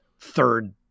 third